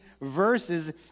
verses